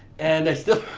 and i still